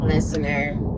listener